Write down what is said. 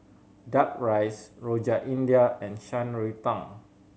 Duck Rice Rojak India and Shan Rui Tang